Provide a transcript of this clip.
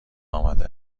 آمده